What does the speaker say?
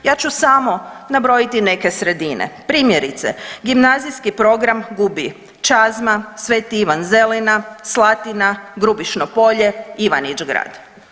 Ja ću samo nabrojiti neke sredine, primjerice, gimnazijski program gubi Čazma, Sv. Ivan Zelina, Slatina, Grubišno Polje, Ivanić Grad.